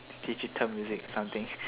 digital music something